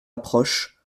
approche